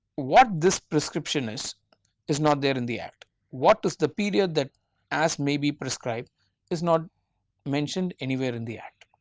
what this prescription is is not there in the act what is the period that as may be prescribed is not mentioned anywhere in the act,